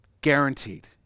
Guaranteed